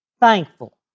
thankful